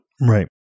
Right